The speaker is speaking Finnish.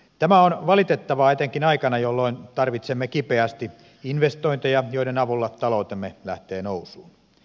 tämä on valitettavaa etenkin aikana jolloin tarvitsemme kipeästi investointeja joiden avulla taloutemme lähtee nousuun